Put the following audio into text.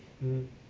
mm